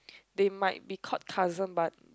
they might be called cousin but